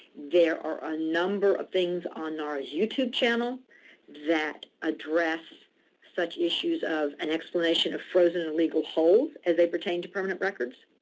there are a number of things on our youtube channel that address such issues of an explanation of frozen or legal hold as they pertain to permanent records.